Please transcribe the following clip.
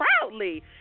proudly